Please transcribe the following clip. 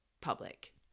public